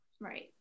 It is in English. Right